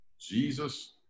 Jesus